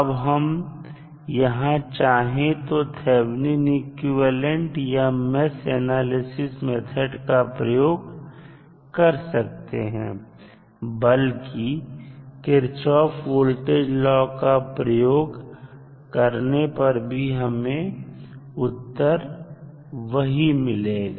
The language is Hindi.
अब हम यहां चाहे तो थैबनिन इक्विवेलेंट या मेष एनालिसिस मेथड का प्रयोग कर सकते हैं बल्कि किरछऑफ वोल्टेज लॉ का प्रयोग करने पर भी हमें उत्तर वही मिलेगा